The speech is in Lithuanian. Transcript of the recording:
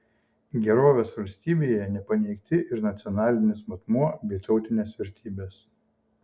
gerovės valstybėje nepaneigti ir nacionalinis matmuo bei tautinės vertybės